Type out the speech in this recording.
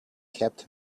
kept